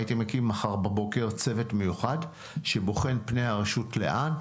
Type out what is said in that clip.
הייתי מקים מחר בבוקר צוות מיוחד שבוחן פני הרשות לאן,